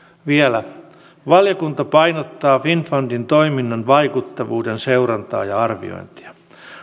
vielä valiokunta painottaa finnfundin toiminnan vaikuttavuuden seurantaa ja arviointia